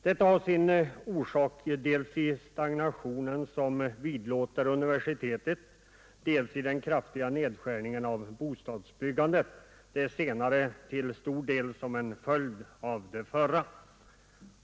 Detta har sin orsak i dels den stagnation som kommit att vidlåda universitetet, dels den kraftiga nedskärningen av bostadsbyggandet — det senare till stor del en följd av det förra.